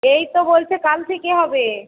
এই তো বলছে কাল থেকে হবে